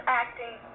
acting